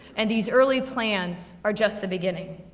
and these early plans, are just the beginning.